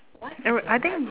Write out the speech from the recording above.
there were I think